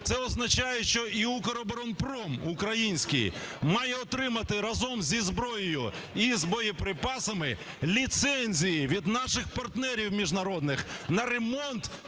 Це означає, що і Укроборонпром український має отримати разом зі зброєю і з боєприпасами ліцензії від наших партнерів міжнародних на ремонт